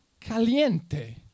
caliente